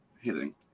hitting